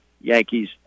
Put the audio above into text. Yankees